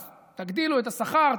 אז תגדילו את השכר,